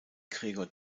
gregor